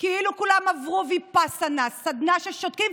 כאילו כולם עברו ויפאסנה, סדנה ששותקים.